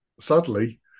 sadly